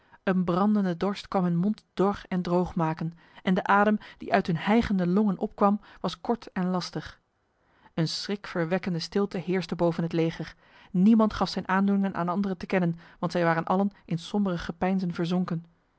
een brandende dorst kwam hun mond dor en droog maken en de adem die uit hun hijgende longen opkwam was kort en lastig een schrikverwekkende stilte heerste boven het leger niemand gaf zijn aandoeningen aan anderen te kennen want zij waren allen in sombere gepeinzen verzonken